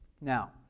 Now